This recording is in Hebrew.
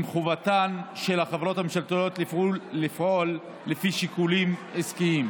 חובתן של החברות הממשלתיות לפעול לפי שיקולים עסקיים,